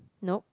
nope